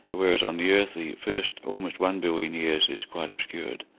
and whereas on the earth the first almost one billion years is quite obscured.